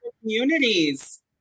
communities